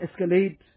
escalate